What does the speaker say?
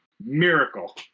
miracle